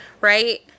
right